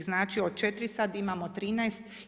Znači od 4 sad imamo 13.